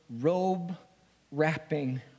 robe-wrapping